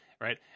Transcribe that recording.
right